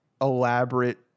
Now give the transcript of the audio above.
elaborate